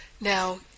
Now